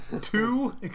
Two